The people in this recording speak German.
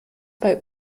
bei